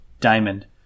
Diamond